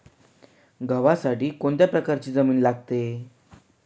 गव्हासाठी कोणत्या प्रकारची जमीन लागते?